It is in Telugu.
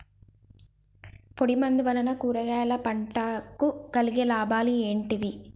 పొడిమందు వలన కూరగాయల పంటకు కలిగే లాభాలు ఏంటిది?